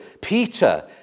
Peter